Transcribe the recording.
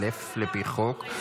לפי חוק.